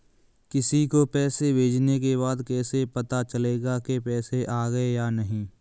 किसी को पैसे भेजने के बाद कैसे पता चलेगा कि पैसे गए या नहीं?